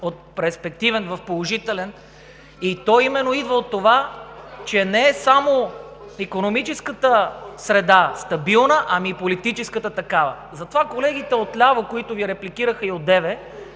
от перспективен в положителен, и той именно идва от това, че не е стабилна само икономическата среда, ами и политическата такава. Затова колегите отляво, които Ви репликираха одеве,